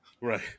Right